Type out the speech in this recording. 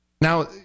now